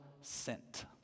sent